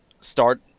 start